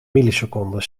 milliseconden